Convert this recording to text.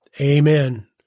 Amen